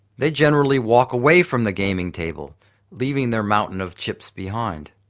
they generally walk away from the gaming table leaving their mountain of chips behind.